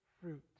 fruit